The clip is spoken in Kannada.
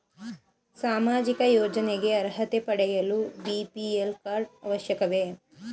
ಸಾಮಾಜಿಕ ಯೋಜನೆಗೆ ಅರ್ಹತೆ ಪಡೆಯಲು ಬಿ.ಪಿ.ಎಲ್ ಕಾರ್ಡ್ ಅವಶ್ಯಕವೇ?